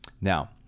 now